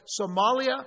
Somalia